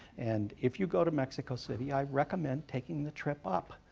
and if you go to mexico city, i recommend taking the trip up,